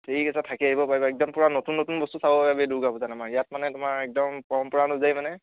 ঠিক আছে থাকি আহিব পাৰিবা একদম পূৰা নতুন নতুন বস্তু চাব পাৰিবা এই দুৰ্গা পূজাত আমাৰ ইয়াত মানে তোমাৰ একদম পৰম্পৰা অনুযায়ী মানে